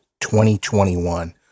2021